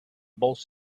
both